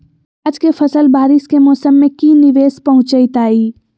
प्याज के फसल बारिस के मौसम में की निवेस पहुचैताई?